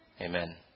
Amen